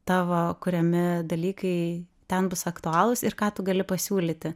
tavo kuriami dalykai ten bus aktualūs ir ką tu gali pasiūlyti